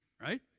right